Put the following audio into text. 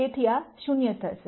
તેથી આ 0 થશે